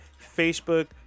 Facebook